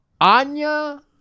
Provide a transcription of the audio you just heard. Anya